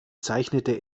zeichnete